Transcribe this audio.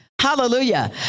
Hallelujah